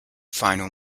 final